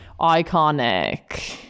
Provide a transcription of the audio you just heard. iconic